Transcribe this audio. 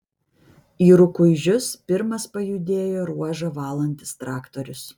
į rukuižius pirmas pajudėjo ruožą valantis traktorius